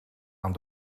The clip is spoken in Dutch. aan